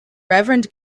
reverend